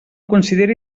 consideri